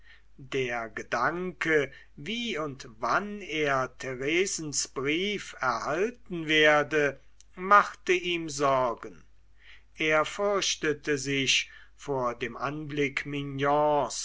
der gedanke wie und wann er theresens brief erhalten werde machte ihm sorge er fürchtete sich vor dem anblick mignons